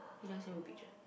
she a picture